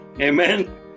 Amen